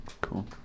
Cool